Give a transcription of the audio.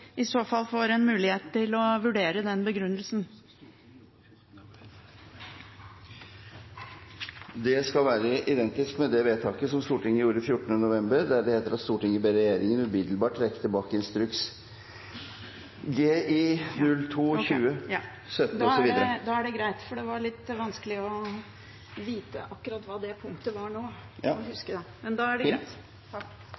i så fall får en mulighet til å vurdere den begrunnelsen. Det skal være identisk med det vedtaket som Stortinget gjorde 14. november når det heter at «Stortinget ber regjeringen umiddelbart trekke tilbake instruks GI-02/2017…» osv. Da er det greit. Det var litt vanskelig å vite og huske akkurat hva det punktet var